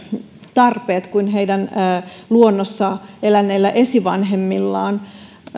tarpeet kuin heidän luonnossa eläneillä esivanhemmillaan